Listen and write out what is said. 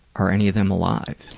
are any of them alive?